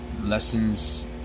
lessons